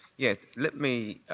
yeah. let me